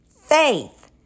Faith